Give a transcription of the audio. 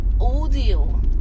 audio